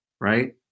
right